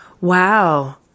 Wow